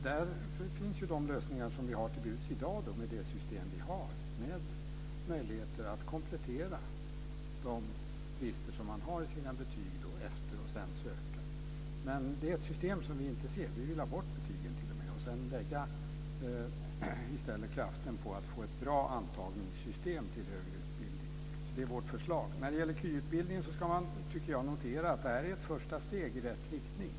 Där finns de lösningar som vi har till buds i dag med det system vi har med möjligheter att komplettera de brister man har i sina betyg och sedan söka. Det är ett system som vi helst inte ser. Vi vill ha bort betygen t.o.m. och sedan lägga kraften på att få ett bra antagningssystem till högre utbildning. Det är vårt förslag. När det gäller KY ska man notera detta det är ett första steg i rätt riktning.